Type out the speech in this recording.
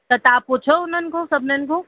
त तव्हां पुछियो उन्हनि खां सभिनीनि खां